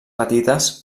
petites